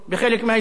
לא מדווחים,